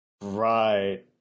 Right